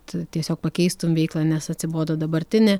tu tiesiog pakeistum veiklą nes atsibodo dabartinė